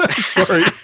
Sorry